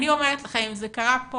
אני אומרת לכם, אם זה קרה פה